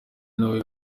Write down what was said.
nawe